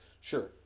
Sure